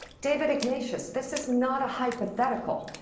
david ignatius, this is not a hypothetical.